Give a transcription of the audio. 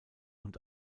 und